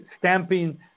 stamping